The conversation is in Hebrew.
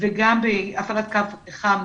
וגם בהפעלת קו חם